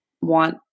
want